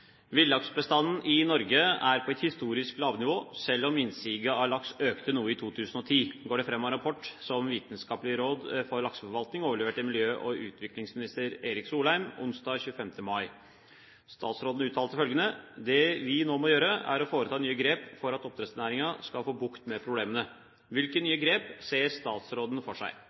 i Norge er på et historisk lavnivå, selv om innsiget av laks økte noe i 2010, går det fram av en rapport som Vitenskapelig råd for lakseforvaltning overleverte miljø- og utviklingsminister Erik Solheim onsdag 25. mai. Statsråden uttalte følgende: «Det vi nå må gjøre, er å foreta nye grep for at oppdrettsnæringen kan få bukt med problemene.» Hvilke nye grep ser statsråden for seg?»